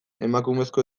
emakumezko